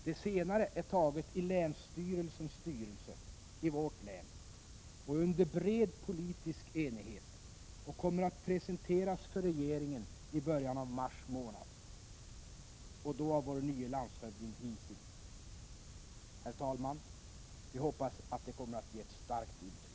Det senare är antaget i länsstyrelsens styrelse i vårt län under bred politisk enighet och kommer att presenteras för regeringen i början av mars månad, och då av vår nye landshövding Hising. Herr talman! Vi hoppas att det kommer att ge ett starkt intryck.